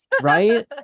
right